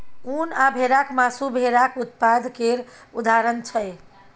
उन आ भेराक मासु भेराक उत्पाद केर उदाहरण छै